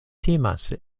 timas